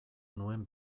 nuen